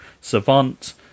Savant